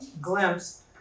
glimpse